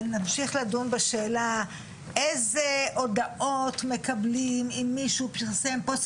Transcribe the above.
ונמשיך לדון בשאלה איזה הודעות מקבלים אם מישהו פרסם פוסט.